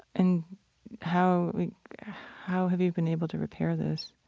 and how how have you been able to repair this?